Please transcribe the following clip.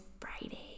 Friday